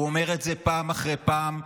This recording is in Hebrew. הוא אומר את זה פעם אחרי פעם,